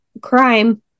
crime